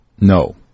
no